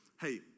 hey